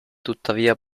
tuttavia